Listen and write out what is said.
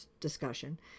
discussion